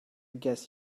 guess